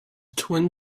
twin